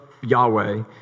Yahweh